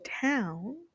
town